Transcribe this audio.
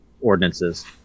ordinances